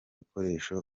bikoresho